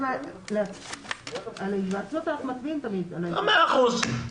על היוועצות אנחנו תמיד מצביעים.